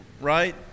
right